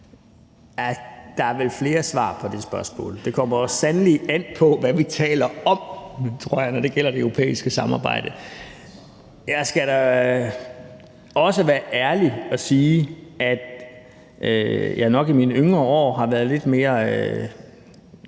Der er vel flere svar på det spørgsmål. Det kommer sandelig an på, hvad vi taler om, når det gælder det europæiske samarbejde. Jeg skal da også være ærlig og sige, at jeg nok i mine yngre år har været lidt mere